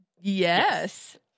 Yes